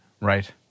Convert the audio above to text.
Right